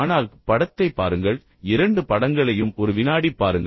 ஆனால் படத்தைப் பாருங்கள் இரண்டு படங்களையும் ஒரு வினாடி பாருங்கள்